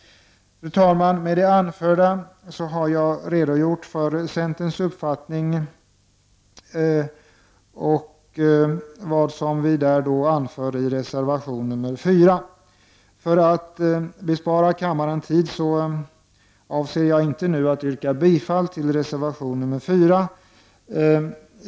Fru talman! Med det anförda har jag redogjort för centerns uppfattning, vilken framgår i reservation 4. För att bespara kammaren tid avser jag inte att yrka bifall till reservation 4.